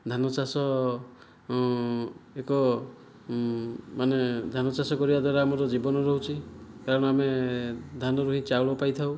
ଧାନ ଚାଷ ଏକ ମାନେ ଧାନ ଚାଷ କରିବା ଦ୍ୱାରା ଆମର ଜୀବନ ରହୁଛି କାରଣ ଆମେ ଧାନରୁ ହିଁ ଚାଉଳ ପାଇଥାଉ